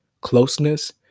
closeness